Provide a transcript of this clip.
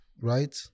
Right